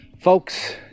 Folks